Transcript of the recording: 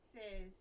says